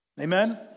Amen